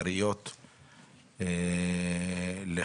ועיקר המועצות והעיריות הערביות הן במצב